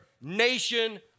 nation